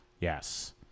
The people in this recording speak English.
Yes